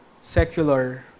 secular